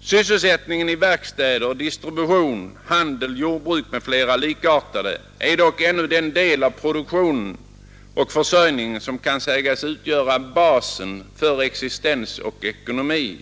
Sysselsättningen i verkstäder, distribution, handel, jordbruk m.fl. likartade områden är dock ännu den del av produktion och försörjning som kan sägas utgöra basen för existens och ekonomi.